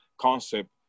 concept